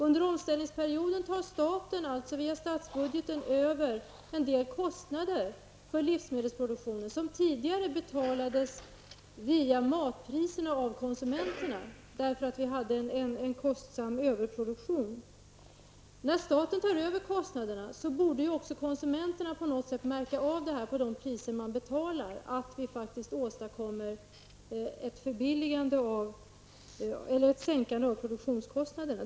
Under omställningsperioden tar staten, via statsbudgeten, över en del kostnader för livsmedelsproduktionen som tidigare betalades av konsumenterna via matpriserna, eftersom vi hade en kostsam överproduktion. När staten tar över kostnaderna borde konsumenterna också på de priser de betalar märka av att vi faktiskt åstadkommer en sänkning av produktionskostnaderna.